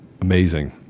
amazing